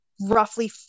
roughly